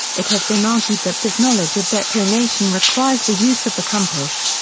it has been argued that this knowledge of declination requires the use of the compass.